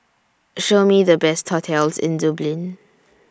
Show Me The Best hotels in Dublin